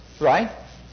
Right